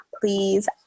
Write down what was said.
please